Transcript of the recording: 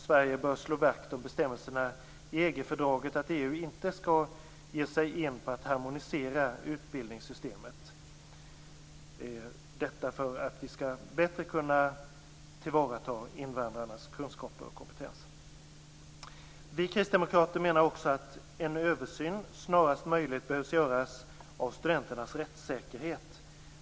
Sverige bör slå vakt om bestämmelserna i EG-fördraget om att EU inte skall ge sig in på att harmonisera utbildningssystemet, detta för att vi bättre skall kunna tillvarata invandrarnas kunskaper och kompetens. Vi kristdemokrater menar också att en översyn snarast möjligt behöver göras av studenternas rättssäkerhet.